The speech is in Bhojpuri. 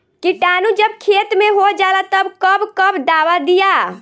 किटानु जब खेत मे होजाला तब कब कब दावा दिया?